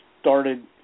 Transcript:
started